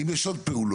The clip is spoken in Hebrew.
האם יש עוד פעולות?